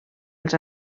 els